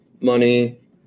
money